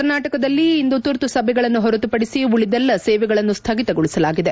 ಕರ್ನಾಟಕದಲ್ಲಿ ಇಂದು ತುರ್ತು ಸೇವೆಗಳನ್ನು ಹೊರತುಪಡಿಸಿ ಉಳಿದೆಲ್ಲಾ ಸೇವೆಗಳನ್ನು ಸ್ಥಗಿತಗೊಳಿಸಲಾಗಿದೆ